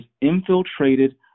infiltrated